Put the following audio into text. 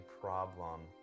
problem